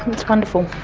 it's wonderful.